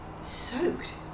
soaked